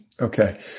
Okay